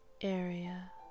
area